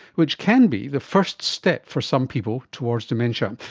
which can be the first step for some people towards dementia.